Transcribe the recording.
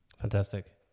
Fantastic